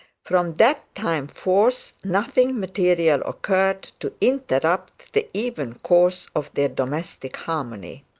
from that time forth nothing material occurred to interrupt the even course of their domestic harmony.